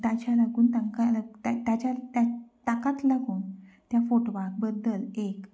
आनी ताच्या लागून तांकां तांच्या ताकाच लागून त्या फोटवा बद्दल एक